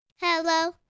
hello